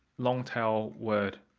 long tail word.